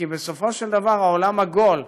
כי בסופו של דבר העולם עגול,